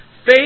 faith